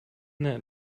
that